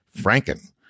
Franken